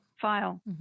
File